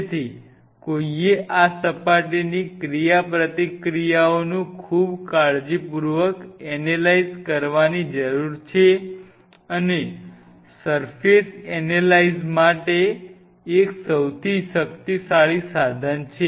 તેથી કોઈએ આ સપાટીની ક્રિયાપ્રતિક્રિયાઓનું ખૂબ કાળજીપૂર્વક એનેલાઈઝ કરવાની જરૂર છે અને સર્ફેસ એનેલાઈઝ માટે એક સૌથી શક્તિશાળી સાધન છે